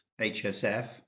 hsf